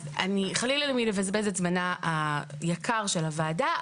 חלילה לי מלבזבז את זמנה היקר של הוועדה,